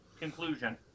conclusion